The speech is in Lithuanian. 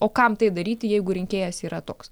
o kam tai daryti jeigu rinkėjas yra toks